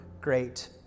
great